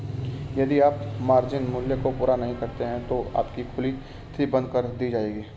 यदि आप मार्जिन मूल्य को पूरा नहीं करते हैं तो आपकी खुली स्थिति बंद कर दी जाएगी